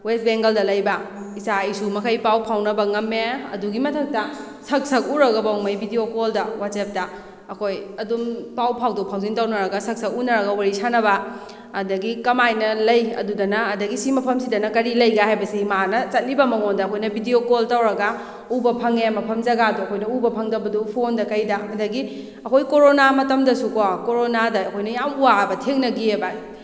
west ꯕꯦꯡꯒꯜꯗ ꯂꯩꯕ ꯏꯆꯥ ꯏꯁꯨ ꯃꯈꯩ ꯄꯥꯎ ꯐꯥꯎꯅꯕ ꯉꯝꯃꯦ ꯑꯗꯨꯒꯤ ꯃꯊꯛꯇ ꯁꯛ ꯁꯛ ꯎꯔꯒꯐꯧ ꯃꯣꯏ ꯚꯤꯗꯤꯑꯣ ꯀꯣꯜꯗ ꯋꯥꯆꯦꯞꯇ ꯑꯩꯈꯣꯏ ꯑꯗꯨꯝ ꯄꯥꯎ ꯐꯥꯎꯗꯣꯛ ꯐꯥꯎꯖꯤꯟ ꯇꯧꯅꯔꯒ ꯁꯛ ꯁꯛ ꯎꯅꯔꯒ ꯋꯥꯔꯤ ꯁꯥꯅꯕ ꯑꯗꯒꯤ ꯀꯃꯥꯏꯅ ꯂꯩ ꯑꯗꯨꯗꯅ ꯑꯗꯒꯤ ꯁꯤ ꯃꯐꯝꯁꯤꯗꯅ ꯀꯔꯤ ꯂꯩꯒ ꯍꯥꯏꯕꯁꯦ ꯃꯥꯅ ꯆꯠꯂꯤꯕ ꯃꯉꯣꯟꯗ ꯑꯩꯈꯣꯏꯅ ꯚꯤꯗꯤꯑꯣ ꯀꯣꯜ ꯇꯧꯔꯒ ꯎꯕ ꯐꯪꯉꯦ ꯃꯐꯝ ꯖꯒꯥꯗꯣ ꯑꯩꯈꯣꯏꯅ ꯎꯕ ꯐꯪꯗꯕꯗꯨ ꯐꯣꯟꯗ ꯀꯩꯗ ꯑꯗꯒꯤ ꯑꯩꯈꯣꯏ ꯀꯣꯔꯣꯅꯥ ꯃꯇꯝꯗꯁꯨꯀꯣ ꯀꯣꯔꯣꯅꯥꯗ ꯑꯩꯈꯣꯏꯅ ꯌꯥꯝꯅ ꯋꯥꯕ ꯊꯦꯡꯅꯈꯤꯌꯦꯕ